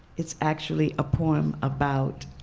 it's actually a poem about